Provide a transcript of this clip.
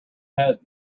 head